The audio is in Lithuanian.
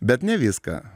bet ne viską